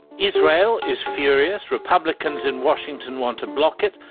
israel is furious, republicans in washington want to block it,